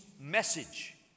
message